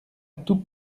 tout